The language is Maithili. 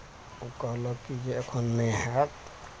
ओ कहलक कि जे एखन नहि होयत